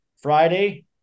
Friday